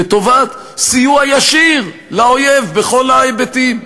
לטובת סיוע ישיר לאויב בכל ההיבטים,